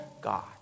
God